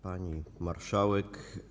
Pani Marszałek!